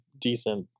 Decent